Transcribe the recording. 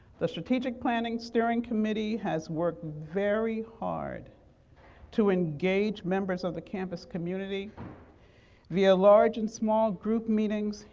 the strategic planning steering committee has worked very hard to engage members of the campus community via large and small group meetings,